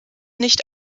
nicht